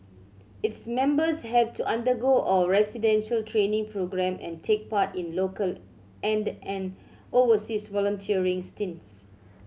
its members have to undergo a residential training programme and take part in local and an overseas volunteering stints